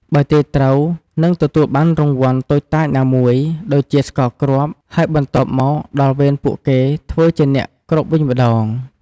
បើទាយត្រូវ នឹងទទួលបានរង្វាន់តូចតាចណាមួយ ដូចជាស្ករគ្រាប់ ហើយបន្ទាប់មកដល់វេនពួកគេធ្វើជាអ្នកគ្របវិញម្តង។